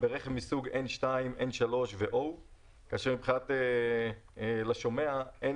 הוא יוכל לפתוח חוברת ולהבין איך הוא